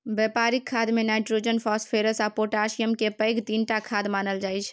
बेपारिक खादमे nitrogen, phosphorus आ पोटाशियमकेँ पैघ तीनटा खाद मानल जाइ छै